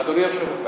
אדוני היושב-ראש,